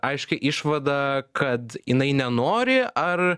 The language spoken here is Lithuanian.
aiškią išvadą kad jinai nenori ar